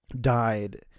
died